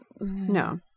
No